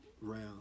round